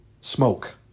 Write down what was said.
smoke